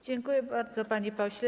Dziękuję bardzo, panie pośle.